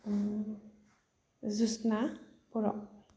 जुसना बर'